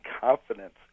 confidence